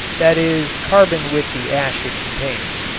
that is carbon with the ash it contains.